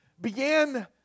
began